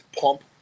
pump